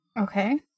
Okay